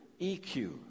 EQ